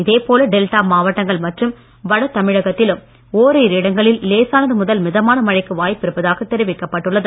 இதே போல டெல்டா மாவட்டங்கள் மற்றும் வட தமிழகத்திலும் ஓரிரு இடங்களில் லேசனாது முதல் மிதமான மழைக்கு வாய்ப்பு இருப்பதாக தெரிவிக்கப்பட்டுள்ளது